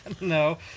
No